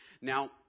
Now